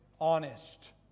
honest